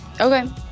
Okay